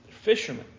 Fishermen